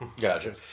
gotcha